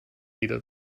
jeder